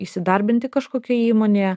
įsidarbinti kažkokioj įmonėje